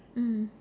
mm